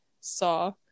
saw